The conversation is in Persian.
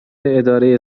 اداره